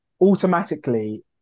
automatically